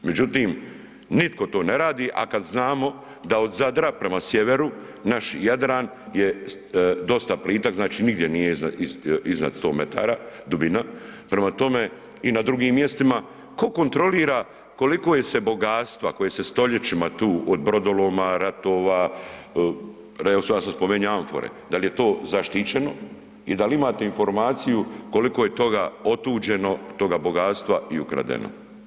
Međutim, nitko to ne radi, a kad znamo da od Zadra prema sjeveru naš Jadran je dosta plitak, znači nigdje nije iznad 100 metara dubina, prema tome i na drugim mjestima, ko kontrolira koliko je se bogatstva koje se stoljećima tu, od brodoloma, ratova, … [[Govornik se ne razumije]] sam spomenuo amfore, dal je to zaštićeno i dal imate informaciju koliko je toga otuđeno toga bogatstva i ukradeno?